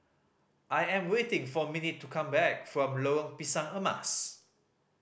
I am waiting for Minnie to come back from Lorong Pisang Emas